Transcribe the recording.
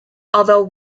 although